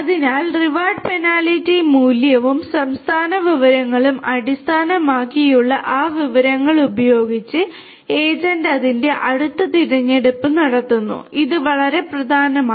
അതിനാൽ reward penalty മൂല്യവും സംസ്ഥാന വിവരങ്ങളും അടിസ്ഥാനമാക്കിയുള്ള ആ വിവരങ്ങൾ ഉപയോഗിച്ച് ഏജന്റ് അതിന്റെ അടുത്ത തിരഞ്ഞെടുപ്പ് നടത്തുന്നു ഇത് വളരെ പ്രധാനമാണ്